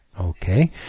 Okay